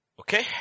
Okay